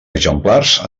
exemplars